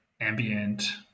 ambient